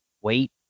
wait